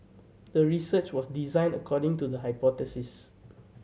the research was designed according to the hypothesis